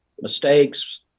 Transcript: mistakes